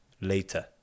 later